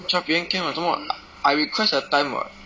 twelve P M can [what] 做么 I request the time [what]